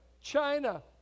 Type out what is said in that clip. China